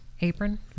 apron